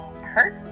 hurt